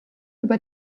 über